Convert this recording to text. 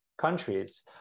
countries